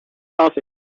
office